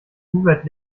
hubert